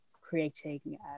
creating